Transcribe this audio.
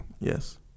Yes